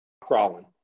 crawling